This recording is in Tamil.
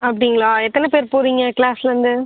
அப்படிங்களா எத்தனை பேர் போகறீங்க கிளாஸ்லேந்து